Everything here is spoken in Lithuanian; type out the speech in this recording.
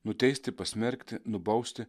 nuteisti pasmerkti nubausti